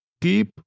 keep